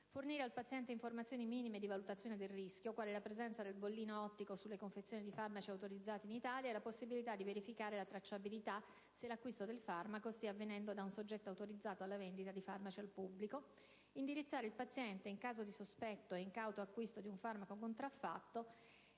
fornire al paziente informazioni minime di valutazione del rischio (quali la presenza del bollino ottico su tutte le confezioni di farmaci autorizzati in Italia e la possibilità di verificare la tracciabilità, se l'acquisto del farmaco stia avvenendo da un soggetto autorizzato alla vendita di farmaci al pubblico; indirizzare il paziente, in caso di sospetto e incauto acquisto di un farmaco contraffatto,